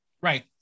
Right